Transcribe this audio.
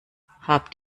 habt